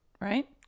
right